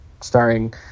starring